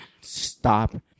stop